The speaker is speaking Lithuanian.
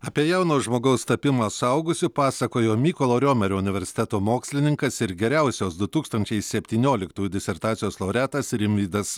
apie jauno žmogaus tapimą suaugusiu pasakojo mykolo riomerio universiteto mokslininkas ir geriausios du tūkstančiai septynioliktųjų disertacijos laureatas rimvydas